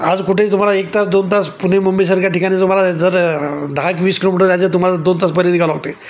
आज कुठे तुला एक तास दोन तास पुणे मुंबईसारख्या ठिकाणी तुम्हाला जर दहा एकीस किलोमीटर त्याचे तुम्हाला दोन तास परी निघावं लागतं आहे